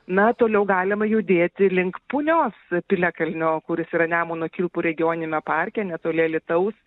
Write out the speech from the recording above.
na toliau galima judėti link punios piliakalnio kuris yra nemuno kilpų regioniniame parke netoli alytaus